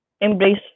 embrace